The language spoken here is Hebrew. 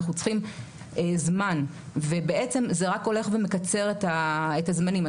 אנחנו צריכים זמן ובעצם זה רק הולך ומקצר את הזמנים.